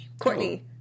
Courtney